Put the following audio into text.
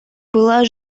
была